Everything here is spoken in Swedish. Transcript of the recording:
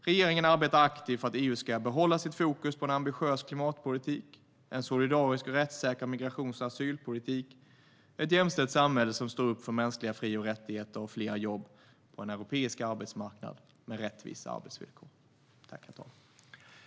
Regeringen arbetar aktivt för att EU ska behålla sitt fokus på en ambitiös klimatpolitik, en solidarisk och rättssäker migrations och asylpolitik, ett jämställt samhälle som står upp för mänskliga fri och rättigheter och fler jobb på en europeisk arbetsmarknad med rättvisa arbetsvillkor.